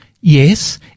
yes